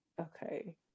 okay